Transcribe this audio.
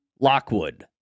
Lockwood